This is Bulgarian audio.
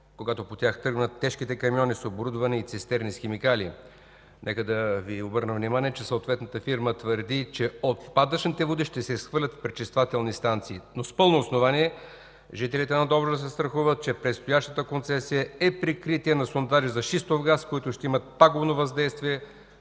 когато по тях тръгнат тежките камиони с оборудване и цистерни с химикали? Нека да Ви обърна внимание, че съответната фирма твърди, че отпадъчните води ще се изхвърлят в пречиствателни станции, но с пълно основание жителите на Добруджа се страхуват, че предстоящата концесия е прикритие на сондажи за шистов газ, които ще имат пагубно въздействие